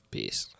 Peace